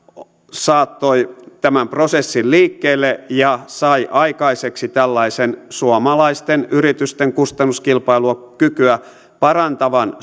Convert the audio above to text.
saattoi tämän prosessin liikkeelle ja sai aikaiseksi tällaisen suomalaisten yritysten kustannuskilpailukykyä parantavan